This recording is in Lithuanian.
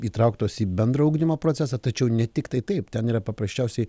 įtrauktos į bendrą ugdymo procesą tačiau ne tiktai taip ten yra paprasčiausiai